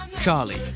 Charlie